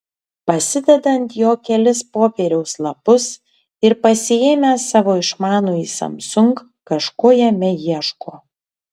pasideda ant jo kelis popieriaus lapus ir pasiėmęs savo išmanųjį samsung kažko jame ieško